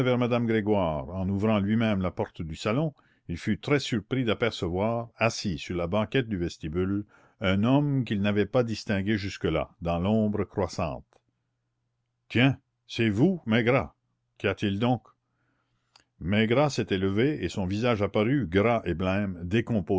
madame grégoire en ouvrant lui-même la porte du salon il fut très surpris d'apercevoir assis sur la banquette du vestibule un homme qu'il n'avait pas distingué jusque-là dans l'ombre croissante tiens c'est vous maigrat qu'y a-t-il donc maigrat s'était levé et son visage apparut gras et blême